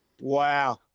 Wow